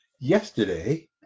yesterday